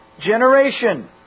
generation